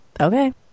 Okay